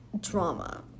drama